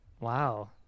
Wow